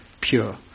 pure